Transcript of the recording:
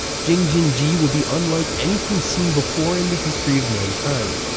jing-jin-ji will be unlike anything seen before in the history of mankind.